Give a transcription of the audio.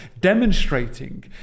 demonstrating